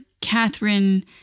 Catherine